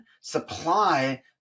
supply